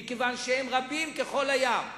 מכיוון שהם רבים כחול הים.